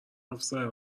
افسر